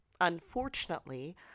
Unfortunately